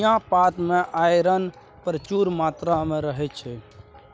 धनियाँ पात मे आइरन प्रचुर मात्रा मे रहय छै